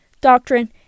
doctrine